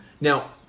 Now